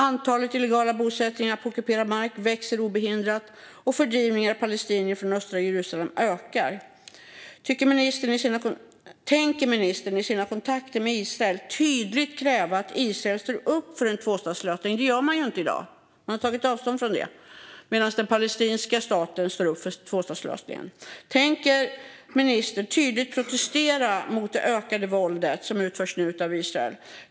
Antalet illegala bosättningar på ockuperad mark växer obehindrat, och fördrivningar av palestinier från östra Jerusalem ökar. Tänker ministern i sina kontakter med Israel tydligt kräva att Israel står upp för en tvåstatslösning? Det gör man ju inte i dag. Man har tagit avstånd från det, medan den palestinska staten står upp för tvåstatslösningen. Tänker ministern tydligt protestera mot det ökade våld som nu utförs av Israel?